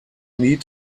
need